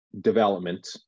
development